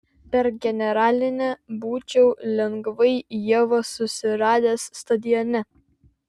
per generalinę būčiau lengvai ievą susiradęs stadione